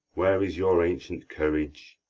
where is your ancient courage?